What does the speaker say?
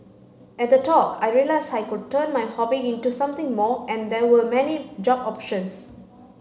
at the talk I realised I could turn my hobby into something more and there were many job options